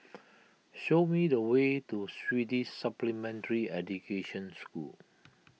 show me the way to Swedish Supplementary Education School